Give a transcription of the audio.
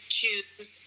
choose